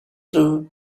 blue